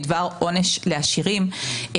בדבר עונש לעשירים.